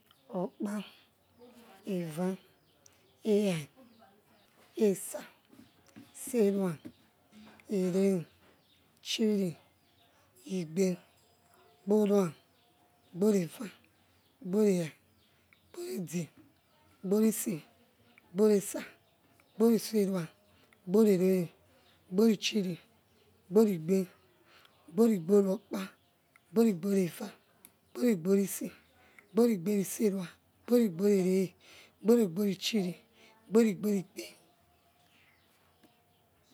Okpa eva era esa serua ere chiri igbe igboru goro eva goru ere goru edge ugoru ise ugbour ese igoru serua goru ere gboru chiri goru igbe igoru gorua okpa igoru goru eva gboru gorua ise gbo gbore iserua gbor gorua ere gboru goru eke ichiri gborigborua ise.